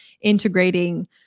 integrating